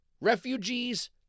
refugees